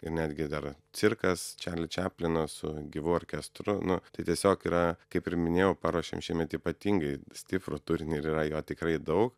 ir netgi dar cirkas čiarli čiaplino su gyvu orkestru nu tai tiesiog yra kaip ir minėjau paruošėm šiemet ypatingai stiprų turinį ir yra jo tikrai daug